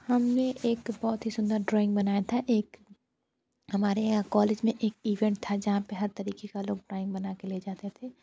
हमने एक बहुत ही सुंदर ड्रॉइंग बनाया था एक हमारे यहाँ कॉलेज में एक इवेंट था जहाँ पे हर तरीके का लोग ड्रॉइंग बनाके ले जाते थे